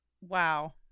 Wow